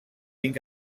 being